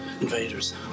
Invaders